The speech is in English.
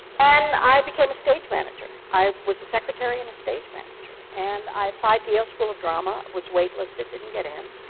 and i became a stage manager. i was a secretary and a stage manager. and i applied to yale school of drama, was wait-listed, didn't get in,